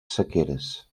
sequeres